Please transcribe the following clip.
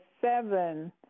seven